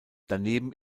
daneben